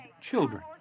children